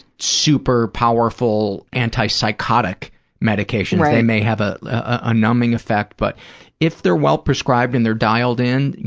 super-powerful antipsychotic medications. they may have a ah numbing effect. but if they're well prescribed and they're dialed in, you